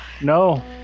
no